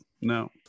no